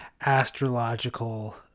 astrological